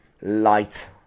light